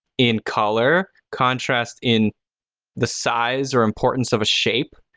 in color, contrast in the size or importance of a shape.